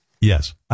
Yes